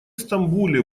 стамбуле